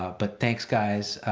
but thanks guys,